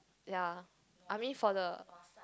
ya I mean for the